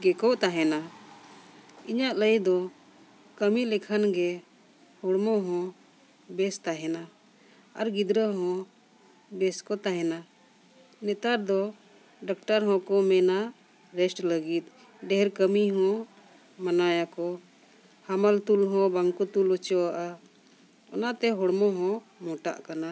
ᱜᱮᱠᱚ ᱛᱟᱦᱮᱱᱟ ᱤᱧᱟᱹᱜ ᱞᱟᱹᱭ ᱫᱚ ᱠᱟᱹᱢᱤ ᱞᱮᱠᱷᱟᱱ ᱜᱮ ᱦᱚᱲᱢᱚ ᱦᱚᱸ ᱵᱮᱥ ᱛᱟᱦᱮᱱᱟ ᱟᱨ ᱜᱤᱫᱽᱨᱟᱹ ᱦᱚᱸ ᱵᱮᱥ ᱠᱚ ᱛᱟᱦᱮᱱᱟ ᱱᱮᱛᱟᱨ ᱫᱚ ᱰᱟᱠᱛᱟᱨ ᱦᱚᱸᱠᱚ ᱢᱮᱱᱟ ᱨᱮᱥᱴ ᱞᱟᱹᱜᱤᱫ ᱰᱷᱮᱨ ᱠᱟᱹᱢᱤ ᱦᱚᱸ ᱢᱟᱱᱟᱣᱮᱭᱟᱠᱚ ᱦᱟᱢᱟᱞ ᱛᱩᱞ ᱦᱚᱸ ᱵᱟᱝ ᱠᱚ ᱛᱩᱞ ᱚᱪᱚᱣᱟᱜᱼᱟ ᱚᱱᱟᱛᱮ ᱦᱚᱲᱢᱚ ᱦᱚᱸ ᱢᱚᱴᱟᱜ ᱠᱟᱱᱟ